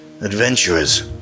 Adventurers